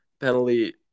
penalty